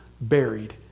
buried